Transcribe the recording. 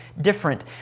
different